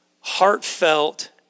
heartfelt